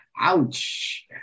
Ouch